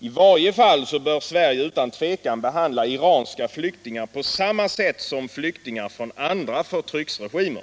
I varje fall bör Sverige utan tvekan behandla iranska flyktingar på samma sätt som flyktingar från andra förtryckarregimer.